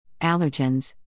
allergens